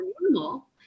normal